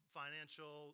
financial